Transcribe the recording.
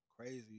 crazy